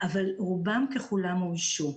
אבל רובם ככולם אוישו.